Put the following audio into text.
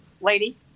lady